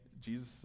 Jesus